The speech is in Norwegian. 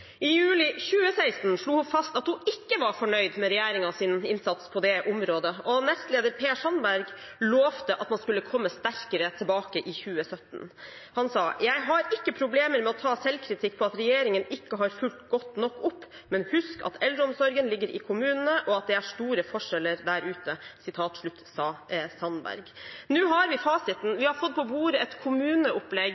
I juli 2016 slo hun fast at hun ikke var fornøyd med regjeringens innsats på det området, og nestleder Per Sandberg lovte at man skulle komme sterkere tilbake i 2017. Han sa: «Jeg har ikke problemer med å ta selvkritikk på at regjeringen ikke har fulgt godt nok opp, men husk at eldreomsorgen ligger i kommunene og at det er store forskjeller der ute.» Nå har vi fasiten.